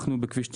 בכביש 90,